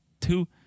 Two